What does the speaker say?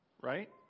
Right